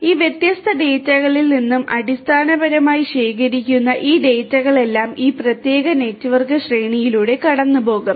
ഈ വ്യത്യസ്ത ഡാറ്റകളിൽ നിന്ന് അടിസ്ഥാനപരമായി ശേഖരിക്കുന്ന ഈ ഡാറ്റകളെല്ലാം ഈ പ്രത്യേക നെറ്റ്വർക്ക് ശ്രേണിയിലൂടെ കടന്നുപോകും